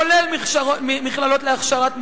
כולל מכללות להכשרת מורים,